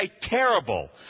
terrible